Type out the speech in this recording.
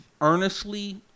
earnestly